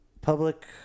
public